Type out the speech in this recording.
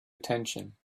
attention